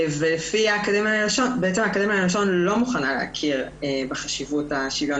ובעצם האקדמיה ללשון לא מוכנה להכיר בחשיבות השוויון